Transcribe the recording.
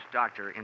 doctor